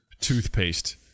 toothpaste